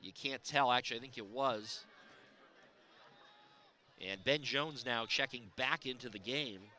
you can't tell actually i think it was and ben jones now checking back into the game